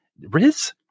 Riz